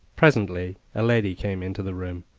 presently a lady came into the room,